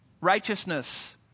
righteousness